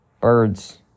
birds